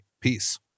Peace